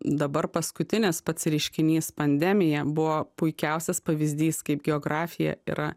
dabar paskutinis pats reiškinys pandemija buvo puikiausias pavyzdys kaip geografija yra